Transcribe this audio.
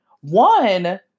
one